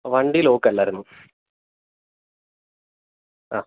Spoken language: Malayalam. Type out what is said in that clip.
വണ്ടി ലോക്ക് അല്ലായിരുന്നു ആ